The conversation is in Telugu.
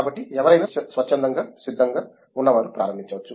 కాబట్టి ఎవరైనా స్వచ్ఛందంగా సిద్ధంగా ఉన్నవారు ప్రారంభించవచ్చు